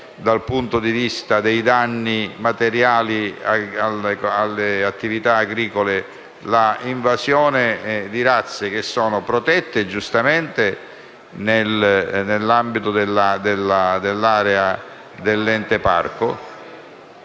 dal punto di vista dei danni materiali alle attività agricole, l’invasione di razze che sono giustamente protette nell’ambito dell’area dell’Ente parco.